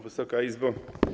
Wysoka Izbo!